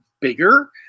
bigger